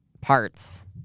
parts